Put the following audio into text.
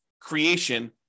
creation